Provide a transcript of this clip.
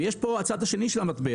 ויש פה את הצד השני של המטבע: